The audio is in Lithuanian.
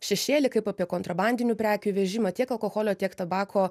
šešėlį kaip apie kontrabandinių prekių vežimą tiek alkoholio tiek tabako